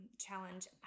challenge